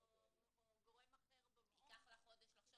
או גורם אחר במעון ------ אבל